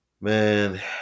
man